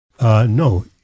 No